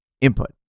input